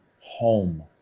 home